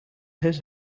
his